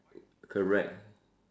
correct